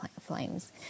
Flames